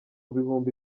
bihumbi